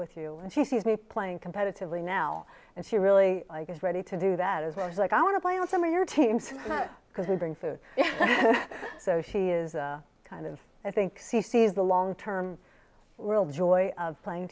with you and she sees me playing competitively now and she really is ready to do that as well as like i want to play on some of your teams because they bring food so she is kind of i think c c is the long term real joy of playing